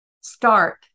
start